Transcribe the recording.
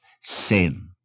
sin